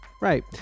Right